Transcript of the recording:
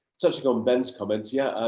touching on ben's comments, yeah